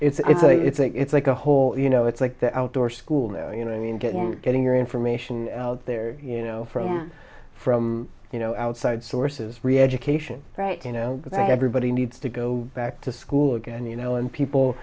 skated it's a it's a it's like a whole you know it's like the outdoor school now you know i mean getting getting your information out there you know from from you know outside sources reeducation right you know that everybody needs to go back to school again you know and people